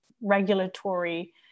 regulatory